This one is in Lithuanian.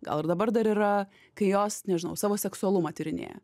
gal ir dabar dar yra kai jos nežinau savo seksualumą tyrinėja